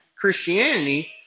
Christianity